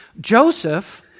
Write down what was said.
Joseph